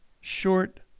Short